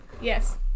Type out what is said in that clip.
Yes